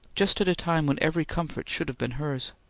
just at a time when every comfort should have been hers.